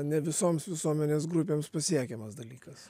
ne visoms visuomenės grupėms pasiekiamas dalykas